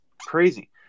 crazy